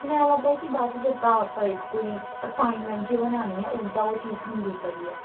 ਮੈਨੂੰ ਐਂ ਲੱਗਦਾ ਸੀ ਕਿ ਬਸ ਜਿੱਦਾਂ ਆਪਾਂ ਇੱਕ ਕੋਈ ਅਸਾਈਨਮੈਂਟ ਜਿਹੀ ਬਣਾਉਂਦੇ ਹਾਂ ਉੱਦਾਂ ਉਹ ਚੀਜ਼ ਹੁੰਦੀ ਪਈ ਆ